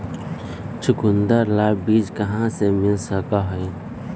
चुकंदर ला बीज कहाँ से मिल सका हई?